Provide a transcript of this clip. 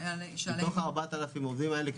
מתוך ה-4,000 עובדים האלה,